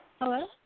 Hello